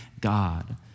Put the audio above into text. God